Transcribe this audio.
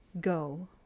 go